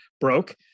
broke